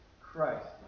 Christ